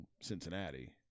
Cincinnati